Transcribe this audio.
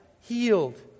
healed